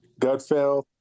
Gutfeld